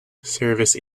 service